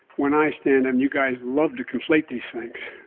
when i stand and you guys love to conflate these things.